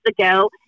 ago